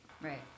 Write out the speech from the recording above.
Right